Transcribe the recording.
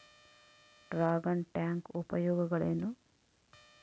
Dragon tank ಉಪಯೋಗಗಳೇನು?